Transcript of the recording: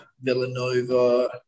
Villanova